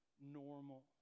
normal